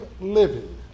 living